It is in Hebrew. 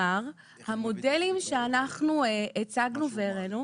הוראה שתגיד שהרכיב הזה של דמי נסיעות הוא רכיב שמשולם ואיך הוא משולם,